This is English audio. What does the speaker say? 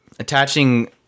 Attaching